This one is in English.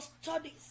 studies